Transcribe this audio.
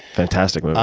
fantastic.